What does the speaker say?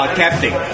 captain